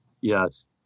Yes